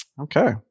okay